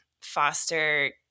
foster